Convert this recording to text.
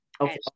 Okay